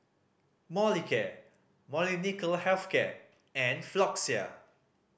Molicare Molnylcke Health Care and Floxia